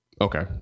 Okay